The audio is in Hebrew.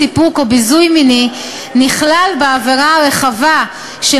סיפוק או ביזוי מיני נכלל בעבירה הרחבה של